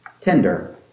tender